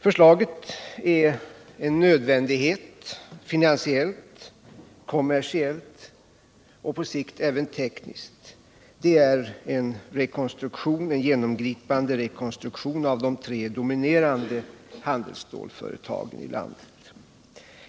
Förslaget är en nödvändighet finansiellt, kommersiellt och på sikt även tekniskt. Det är en genomgripande rekonstruktion av de tre dominerande handelsstålsföretagen.